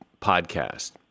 podcast